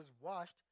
washed